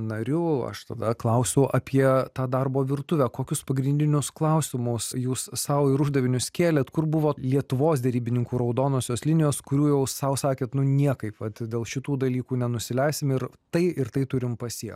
nariu aš tada klausiu apie tą darbo virtuvę kokius pagrindinius klausimus jūs sau ir uždavinius kėlėt kur buvo lietuvos derybininkų raudonosios linijos kurių jau sau sakėt nu niekaip vat dėl šitų dalykų nenusileisim ir tai ir tai turim pasiekt